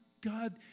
God